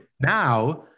now